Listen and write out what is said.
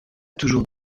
toujours